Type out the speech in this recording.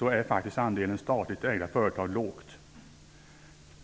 är andelen statligt ägda företag låg.